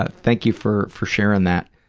ah thank you for for sharing that.